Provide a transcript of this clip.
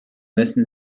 müssen